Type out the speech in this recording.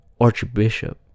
Archbishop